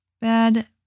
Bad